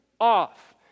off